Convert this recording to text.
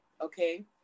okay